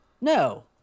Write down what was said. No